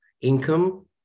income